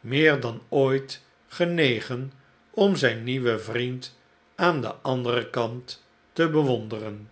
meer dan ooit genegen om zijn nieuwen vriend aan den anderen kant te bewonderen